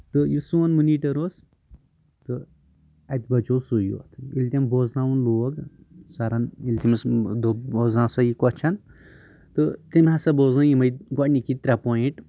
تہٕ یُس سوٚن مونِٹر اوس تہٕ اَتہِ بَچوو سُے یوت ییٚلہِ تٔمۍ بوزناوُن لوگ سرن ییٚلہِ تٔمِس دوٚپ بوزناوسا یہِ کوشچن تہٕ تٔمۍ ہسا بوزنٲو یِمے گوڈٕنِکی ترے پویِنٹ